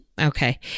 Okay